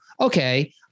okay